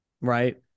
right